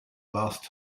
last